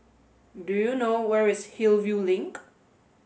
do you know where is Hillview Link